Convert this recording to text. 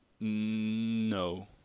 No